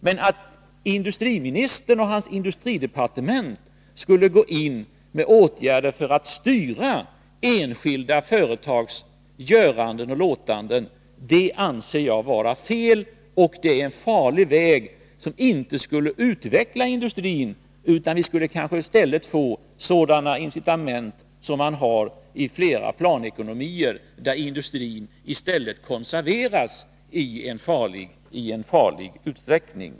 Men att industriministern och hans industridepartement skulle gå in med åtgärder för att styra enskilda företags göranden och låtanden anser jag vara fel. Det är en farlig väg, som inte skulle utveckla industrin — vi skulle kanske i stället få sådana incitament som man har i flera planekonomier, där industrin konserveras i farlig utsträckning.